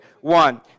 one